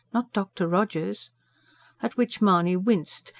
not dr. rogers at which mahony winced,